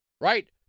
Right